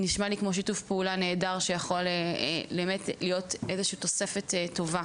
נשמע לי כמו שיתוף פעולה נהדר שיכול באמת להיות איזושהי תוספת טובה